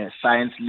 science